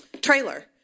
trailer